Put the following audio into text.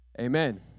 amen